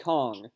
Kong